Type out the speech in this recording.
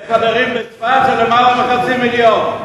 שני חדרים בצפת זה למעלה מחצי מיליון.